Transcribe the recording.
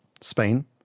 Spain